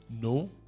no